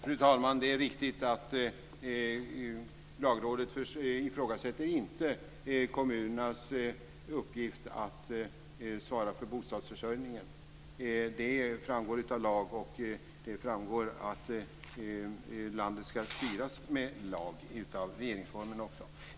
Fru talman! Det är riktigt att Lagrådet inte ifrågasätter kommunernas uppgift att svara för bostadsförsörjningen. Detta framgår av lag, och landet ska enligt regeringsformen också styras av lag.